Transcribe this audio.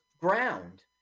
ground